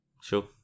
Sure